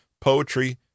poetry